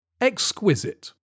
Exquisite